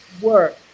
work